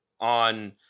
on